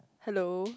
hello